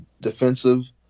defensive